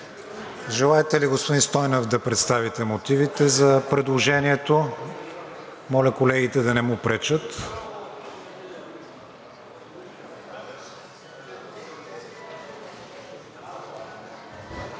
Желаете ли, господин Стойнев, да представите мотивите за предложението. Моля колегите да не му пречат.